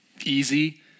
easy